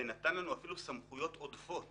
ונתן לנו אפילו סמכויות עודפות